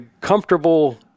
comfortable